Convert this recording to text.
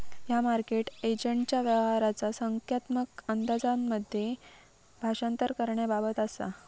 ह्या मार्केट एजंटच्या व्यवहाराचा संख्यात्मक अंदाजांमध्ये भाषांतर करण्याबाबत असा